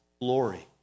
Glory